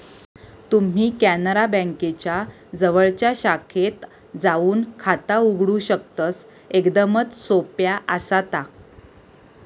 तुम्ही कॅनरा बँकेच्या जवळच्या शाखेत जाऊन खाता उघडू शकतस, एकदमच सोप्या आसा ता